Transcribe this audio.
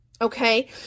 Okay